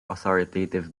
authoritative